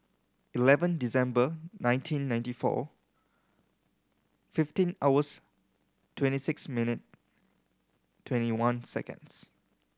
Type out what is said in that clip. eleven December nineteen ninety four fifteen hours twenty six minute twenty one seconds